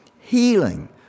healing